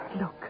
Look